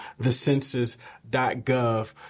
thecensus.gov